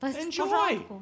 Enjoy